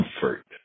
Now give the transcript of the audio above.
comfort